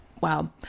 wow